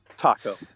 taco